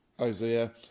Isaiah